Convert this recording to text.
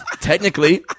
technically